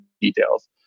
details